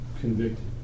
convicted